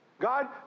God